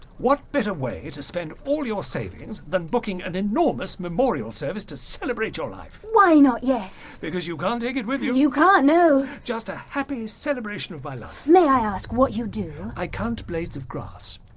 what better way to spend all your savings than booking an enormous memorial service to celebrate your life? why not, yes! because you can't take it with you! you can't, no! just a happy celebration of my life. may i ask what you do? i count blades of grass.